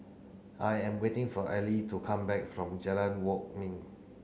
I am waiting for Ellie to come back from Jalan Kwok Min